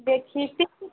দেখি টিকিট